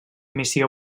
missió